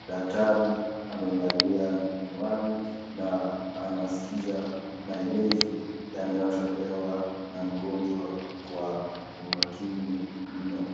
Daktari amevalia miwani na anaskiza maelezo yanayotolewa na mgonjwa kwa umakini mno.